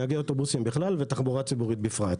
נהגי אוטובוסים בכלל ותחבורה ציבורית בפרט.